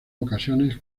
ocasiones